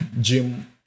Gym